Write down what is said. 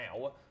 now